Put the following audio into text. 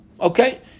Okay